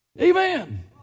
Amen